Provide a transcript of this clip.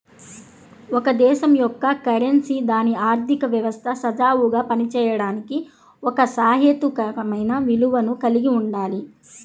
ఒక దేశం యొక్క కరెన్సీ దాని ఆర్థిక వ్యవస్థ సజావుగా పనిచేయడానికి ఒక సహేతుకమైన విలువను కలిగి ఉండాలి